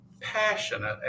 passionate